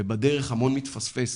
בדרך המון מתפספס.